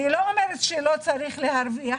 אני לא אומרת שלא צריך להרוויח,